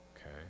okay